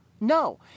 No